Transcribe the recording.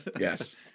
Yes